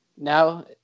now